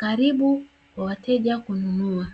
kalibu kwa wateja kwenda kununua.